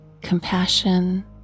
compassion